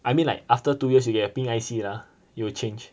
I mean like after two years you get a pink I_C lah you will change